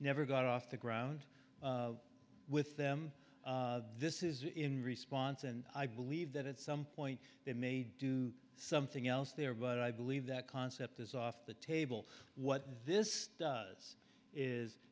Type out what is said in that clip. never got off the ground with them this is in response and i believe that at some point they may do something else there but i believe that concept is off the table what this does is